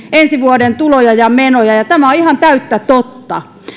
ensi vuoden tuloja ja menoja ja tämä on ihan täyttä totta